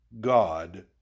God